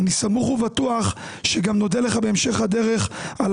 אני סמוך ובטוח שגם נודה לך בהמשך הדרך על